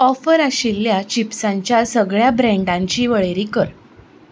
offer आशिल्ल्या चिप्सांच्या सगळ्या ब्रँडांची वळेरी कर